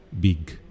big